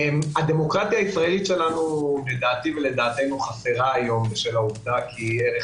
הדמוקרטיה הישראלית חסרה לדעתי בשל העובדה שערך